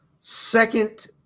second